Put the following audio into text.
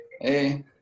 Hey